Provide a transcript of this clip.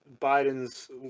Biden's